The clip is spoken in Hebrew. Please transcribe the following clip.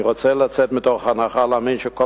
אני רוצה לצאת מתוך הנחה ולהאמין שכל